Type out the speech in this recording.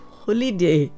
holiday